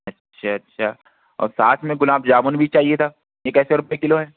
اچھا اچھا اور ساتھ میں گلاب جامن بھی چاہیے تھا یہ کیسے روپے کلو ہے